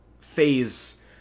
phase